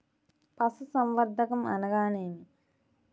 పశుసంవర్ధకం అనగానేమి?